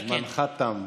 זמנך תם.